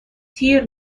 تیر